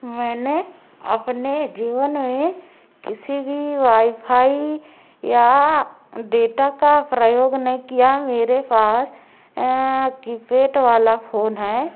मैंने अपने जीवन में किसी भी वाईफाई या डेटा का प्रयोग नहीं किया मेरे पास कीपैड वाला फोन है